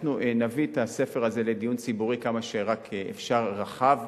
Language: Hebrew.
אנחנו נביא את הספר הזה לדיון ציבורי כמה שאפשר רחב.